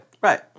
Right